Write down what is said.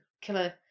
killer